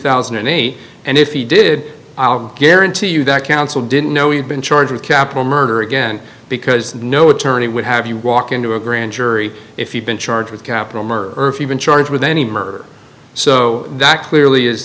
thousand and eight and if he did i guarantee you that counsel didn't know he'd been charged with capital murder again because no attorney would have you walk into a grand jury if you've been charged with capital murder even charged with any murder so that clearly is